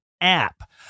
app